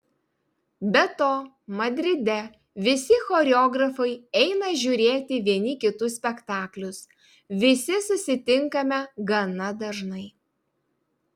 be to madride visi choreografai eina žiūrėti vieni kitų spektaklius visi susitinkame gana dažnai